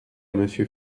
monsieur